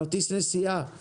כרטיס נסיעה.